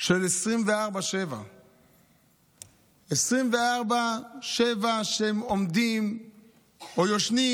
של 24/7. 24/7 שהם עומדים או ישנים,